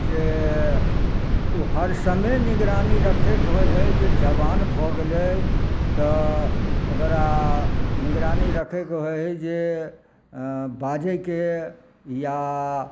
से ओ हरसमय निगरानी रखेके होइ हइ जे जबान भऽ गेलै तऽ ओकरा निगरानी रखेके होइ हइ जे बाजैके या